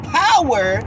power